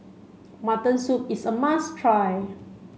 mutton soup is a must try